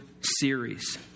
Series